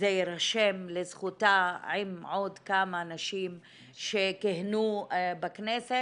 וזה יירשם לזכותה עם עוד כמה נשים שכיהנו בכנסת.